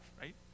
right